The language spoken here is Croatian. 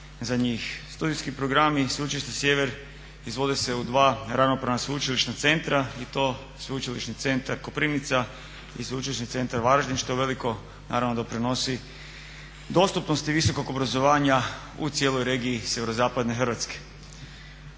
Studijski programi Sveučilišta Sjever izvode se u dva ravnopravna sveučilišna centra i to Sveučilišni centar Koprivnica i Sveučilišni centar Varaždin što uveliko naravno doprinosi dostupnosti visokog obrazovanja u cijeloj regiji sjeverozapadne Hrvatske.